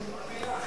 -- לכל מלה.